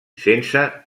sense